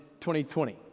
2020